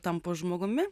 tampu žmogumi